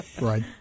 Right